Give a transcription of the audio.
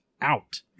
out